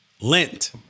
Lint